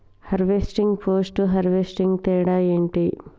Harvesting, post harvesting తేడా ఏంటి?